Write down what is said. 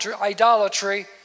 idolatry